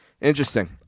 Interesting